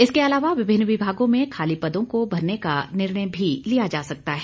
इसके अलावा विभिन्न विभागों में खाली पदों को भरने का निर्णय भी लिया जा सकता है